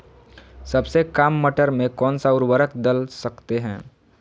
सबसे काम मटर में कौन सा ऊर्वरक दल सकते हैं?